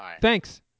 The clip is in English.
Thanks